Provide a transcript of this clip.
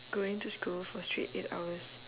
going to school for straight eight hours